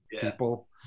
people